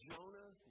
Jonah